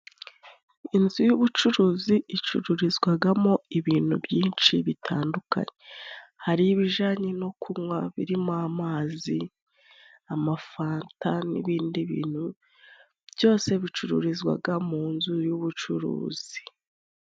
Inzu y'ubucuruzi icururizwagamo ibintu byinshi bitandukanye hari ibijanye no kunywa; birimo amazi, ama fanta n'ibindi bintu byose bicururizwaga mu nzu y'ubucuruzi.